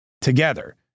Together